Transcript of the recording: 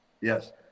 Yes